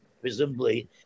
presumably